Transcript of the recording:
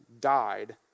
died